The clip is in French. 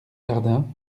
jardin